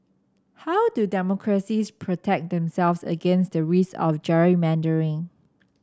how do democracies protect themselves against the risk of gerrymandering